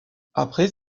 après